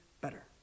better